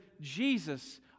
Jesus